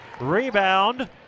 Rebound